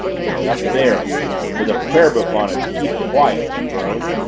it's up there with a prayer book on it to keep it quiet! she groaned,